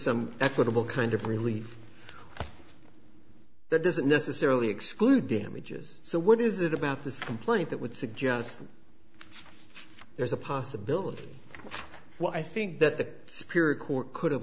some equitable kind of relief that doesn't necessarily exclude damages so what is it about this complaint that would suggest there's a possibility well i think that the spirit court could